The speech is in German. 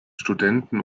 studenten